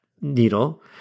needle